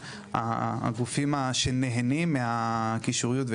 הגופים שנהנים מהקישוריות,